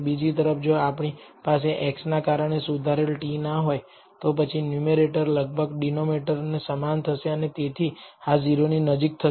બીજી તરફ જો આપણી પાસે x ના કારણે સુધરેલ t ના હોય તો પછી ન્યૂમેરેટર લગભગ ડિનોમિનેટર ને સમાન થશે અને તેથી આ 0 ની નજીક હશે